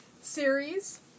series